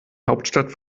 hauptstadt